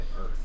Earth